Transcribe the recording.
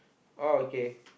orh okay